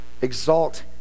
exalt